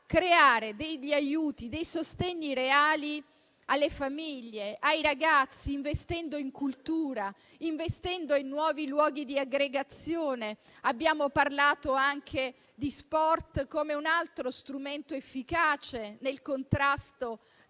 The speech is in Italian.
a fornire aiuti e sostegni reali alle famiglie, ai ragazzi, investendo in cultura, investendo in nuovi luoghi di aggregazione. Abbiamo parlato anche di sport come ulteriore strumento efficace nel contrasto